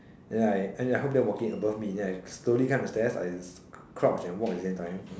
then I I heard them walking above me then I slowly climb the stairs I crouch and walk at the same time